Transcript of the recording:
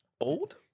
Old